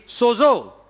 sozo